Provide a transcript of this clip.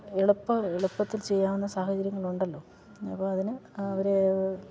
എളുപ്പം എളുപ്പത്തിൽ ചെയ്യാവുന്ന സാഹചര്യങ്ങളുണ്ടല്ലോ അപ്പോൾ അതിന് അവർ